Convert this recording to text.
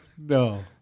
No